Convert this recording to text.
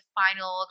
final